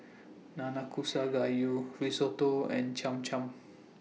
Nanakusa Gayu Risotto and Cham Cham